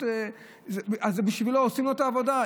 אז בשבילו, עושים לו את העבודה.